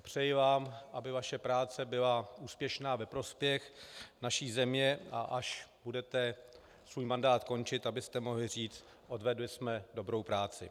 Přeji vám, aby vaše práce byla úspěšná ve prospěch naší země, a až budete svůj mandát končit, abyste mohli říct: odvedli jsme dobrou práci.